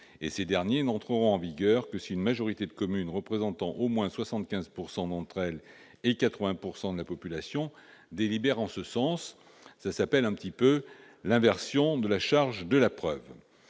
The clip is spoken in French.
ces derniers n'entrant en vigueur que si une majorité de communes représentant au moins 75 % d'entre elles et 80 % de la population délibèrent en ce sens. C'est en quelque sorte l'inversion de la charge de la preuve.